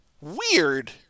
weird